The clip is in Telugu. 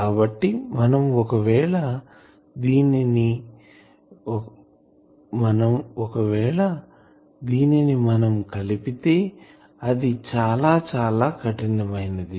కాబట్టి మనం ఒకవేళ దీనిని మనం కలిపితే అది చాలా చాలా కఠినమైనది